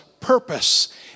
purpose